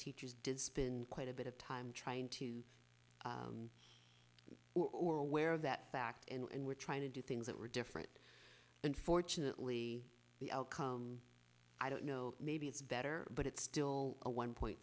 teachers did spin quite a bit of time trying to or aware of that fact and were trying to do things that were different unfortunately the outcome i don't know maybe it's better but it's still a one point